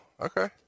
Okay